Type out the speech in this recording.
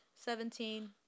Seventeen